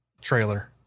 trailer